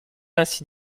ainsi